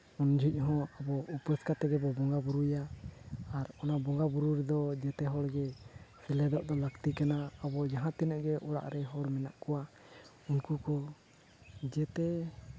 ᱩᱱ ᱡᱚᱦᱚᱜ ᱦᱚᱸ ᱟᱵᱚ ᱩᱯᱟᱹᱥ ᱠᱟᱛᱮᱫ ᱜᱮᱵᱚ ᱵᱚᱸᱜᱟᱼᱵᱩᱨᱩᱭᱟ ᱟᱨ ᱚᱱᱟ ᱵᱚᱸᱜᱟᱼᱵᱩᱨᱩ ᱨᱮᱫᱚ ᱡᱮᱛᱮ ᱦᱚᱲᱜᱮ ᱥᱮᱞᱮᱫᱚᱜ ᱫᱚ ᱞᱟᱹᱠᱛᱤ ᱠᱟᱱᱟ ᱟᱵᱚ ᱡᱟᱦᱟᱸᱛᱤᱱᱟᱹᱜ ᱜᱮ ᱚᱲᱟᱜ ᱨᱮ ᱦᱚᱲ ᱢᱮᱱᱟᱜ ᱠᱚᱣᱟ ᱩᱱᱠᱩ ᱠᱚ ᱡᱮᱛᱮ